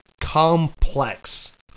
complex